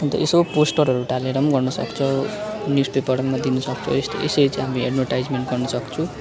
अन्त यसो पोस्टरहरू टालेर पनि गर्नु सक्छ न्युज पेपरमा दिनु सक्छ यस्तो यसरी चाहिँ एड्भर्टिजमेन्ट गर्नु सक्छु